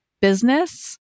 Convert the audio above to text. business